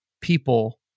people